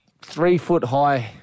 three-foot-high